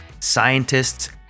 scientists